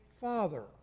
father